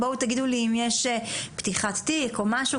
בואו תגידו לי אם יש פתיחת תיק או משהו.